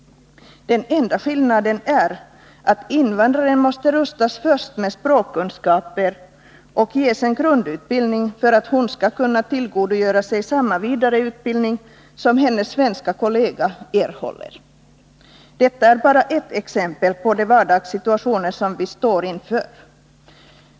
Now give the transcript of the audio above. Den enda skillnaden är att invandraren först måste rustas med språkkunskaper och ges en grundutbildning för att hon skall kunna tillgodogöra sig samma vidareutbildning som hennes svenska kollega erhåller. Detta är bara ett exempel på de vardagssituationer som vi står inför.